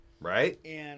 Right